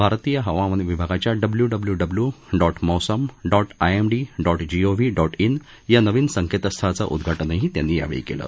भारतीय हवामान विभागाच्या W W W dot mausam dot I M D dot G O V dot जे या नविन संकेतस्थळाचं उद्घाटनही त्यांनी यावेळी केलं